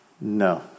No